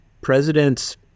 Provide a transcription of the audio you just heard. presidents